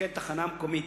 למפקד תחנה מקומית.